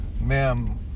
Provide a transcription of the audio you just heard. ma'am